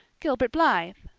gilbert blythe,